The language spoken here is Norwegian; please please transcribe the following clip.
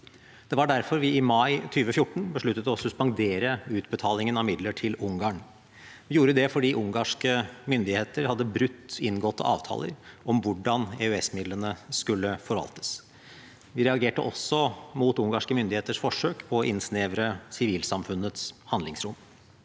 Det var derfor vi i mai 2014 besluttet å suspendere utbetalingen av midler til Ungarn. Vi gjorde det fordi ungarske myndigheter hadde brutt inngåtte avtaler om hvordan EØS-midlene skulle forvaltes. Vi reagerte også mot ungarske myndigheters forsøk på å innsnevre sivilsamfunnets handlingsrom.